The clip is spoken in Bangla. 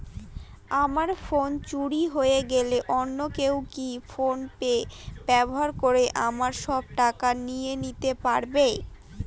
আমার ফোন চুরি হয়ে গেলে অন্য কেউ কি ফোন পে ব্যবহার করে আমার সব টাকা নিয়ে নিতে পারবে?